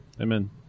Amen